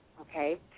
okay